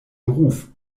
beruf